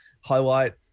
Highlight